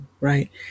right